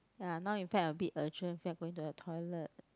ya now in fact I'm a bit urgent feel like going to the toilet